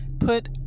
Put